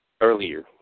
earlier